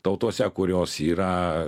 tautose kurios yra